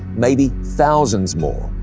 maybe thousands more.